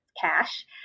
cash